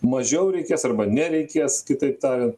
mažiau reikės arba nereikės kitaip tariant